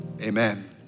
amen